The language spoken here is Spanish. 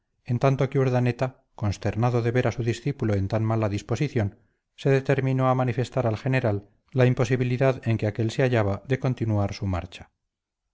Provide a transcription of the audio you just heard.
en tanto que urdaneta consternado de ver a su discípulo en tan mala disposición se determinó a manifestar al general la imposibilidad en que aquel se hallaba de continuar su marcha